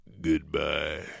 Goodbye